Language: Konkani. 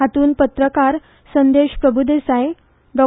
हातूंत पत्रकार संदेश प्रभुदेसाय डॉ